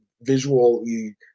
visually